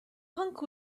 punk